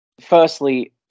firstly